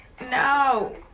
No